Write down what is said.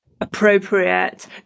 appropriate